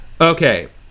Okay